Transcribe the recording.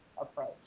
approach